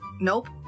nope